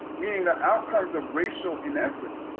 meaning that outcomes of racial inequity,